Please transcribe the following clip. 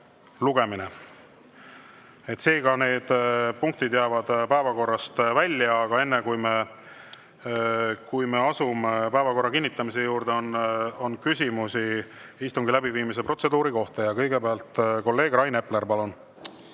lugemine. Seega need punktid jäävad päevakorrast välja. Aga enne, kui me asume päevakorra kinnitamise juurde, on küsimusi istungi läbiviimise protseduuri kohta. Kõigepealt kolleeg Rain Epler, palun!